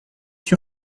sûr